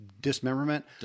dismemberment